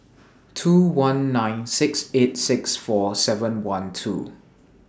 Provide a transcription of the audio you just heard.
two one nine six eight six four seven one two